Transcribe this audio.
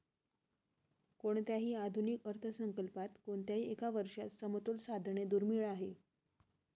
कोणत्याही आधुनिक अर्थसंकल्पात कोणत्याही एका वर्षात समतोल साधणे दुर्मिळ आहे